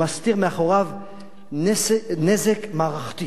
מסתיר מאחוריו נזק מערכתי